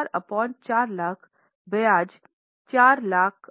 4 लाख थी अब 40000 अपॉन 4 लाख बजाय 4 लाख